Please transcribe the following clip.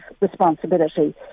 responsibility